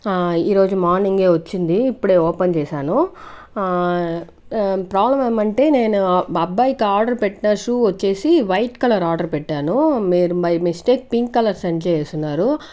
ఆ ఈరోజు మార్నింగే వచ్చింది ఇప్పుడే ఓపెన్ చేశాను ప్రాబ్లం ఏమంటే అంటే నేను అబ్బాయికి ఆర్డర్ పెట్టిన షూస్ వచ్చేసి వైట్ కలర్ ఆర్డర్ పెట్టాను మీరు by mistake pink colour send చేసేసునున్నారు